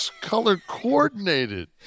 color-coordinated